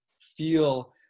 feel